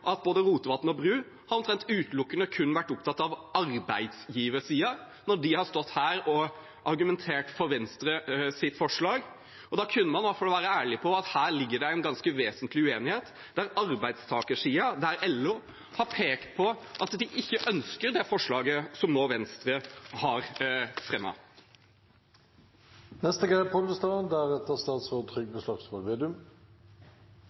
at både Rotevatn og Bru omtrent utelukkende har vært opptatt av arbeidsgiversiden når de har stått her og argumentert for Venstres forslag. Man kunne i hvert fall vært ærlig på at her ligger det en ganske vesentlig uenighet, der arbeidstakersiden, ved LO, har pekt på at de ikke ønsker det forslaget som Venstre har